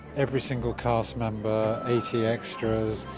every single cast member, eighty extras,